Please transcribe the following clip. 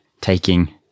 taking